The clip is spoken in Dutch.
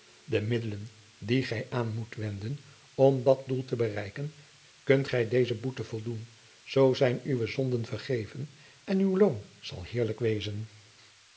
de middelen die gij aan moet wenden om dat doel te bereiken kunt gij deze boete voldoen zoo zijn u uwe zonden vergeven en uw loon zal heerlijk wezen